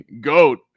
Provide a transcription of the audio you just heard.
goat